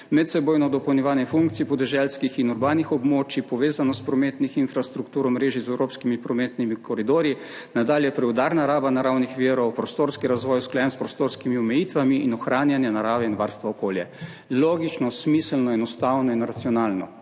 medsebojno dopolnjevanje funkcij podeželskih in urbanih območij, povezanost prometnih infrastruktur omrežij z evropskimi prometnimi koridorji, nadalje preudarna raba naravnih virov, prostorski razvoj, usklajen s prostorskimi omejitvami, in ohranjanje narave in varstva okolja. Logično, smiselno, enostavno in racionalno.